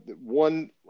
one